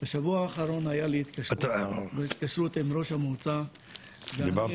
בשבוע האחרון היה לי התקשרות עם ראש המועצה --- דיברתם?